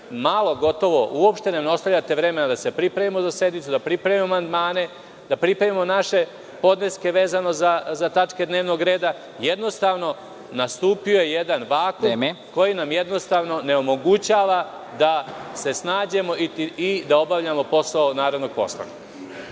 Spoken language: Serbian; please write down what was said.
malo, gotovo uopšte nam ne ostavljate vremena da se pripremimo za sednicu, da pripremimo amandmane, da pripremimo naše podneske vezano za tačke dnevnog reda. Jednostavno nastupio je jedan vakum, koji nam ne omogućava da se snađemo i da obavljamo posao narodnog poslanika.